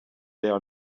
their